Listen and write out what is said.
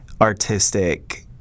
Artistic